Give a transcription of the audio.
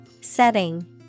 Setting